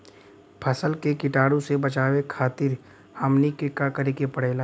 फसल के कीटाणु से बचावे खातिर हमनी के का करे के पड़ेला?